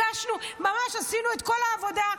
ממש עשינו את כל העבודה,